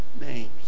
names